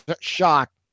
shocked